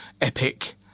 epic